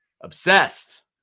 obsessed